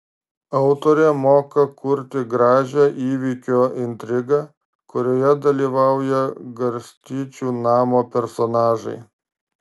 autorė moka kurti gražią įvykio intrigą kurioje dalyvauja garstyčių namo personažai